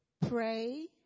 pray